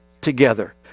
together